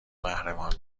قهرمان